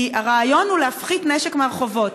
כי הרעיון הוא להפחית נשק ברחובות.